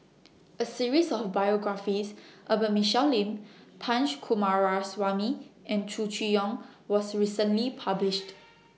A series of biographies about Michelle Lim Punch Coomaraswamy and Chow Chee Yong was recently published